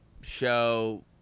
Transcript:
Show